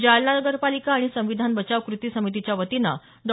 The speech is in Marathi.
जालना नगरपालिका आणि संविधान बचाव कृती समितीच्यावतीनं डॉ